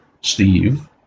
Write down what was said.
Steve